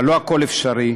אבל לא הכול אפשרי,